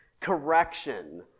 Correction